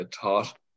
taught